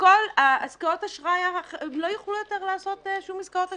שלא יוכלו יותר לעשות שום עסקאות אשראי,